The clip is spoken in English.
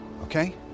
Okay